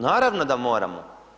Naravno da moramo.